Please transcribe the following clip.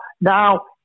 now